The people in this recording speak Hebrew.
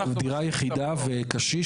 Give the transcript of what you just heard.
על דירה יחידה וקשיש,